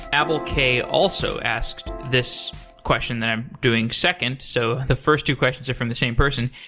abel k. also asks this question that i'm doing second, so the first two questions are from the same person.